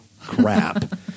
crap